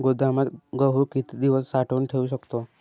गोदामात गहू किती दिवस साठवून ठेवू शकतो?